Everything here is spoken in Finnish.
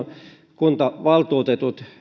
kuntavaltuutetut